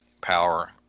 power